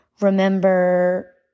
remember